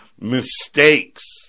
mistakes